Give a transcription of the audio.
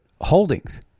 holdings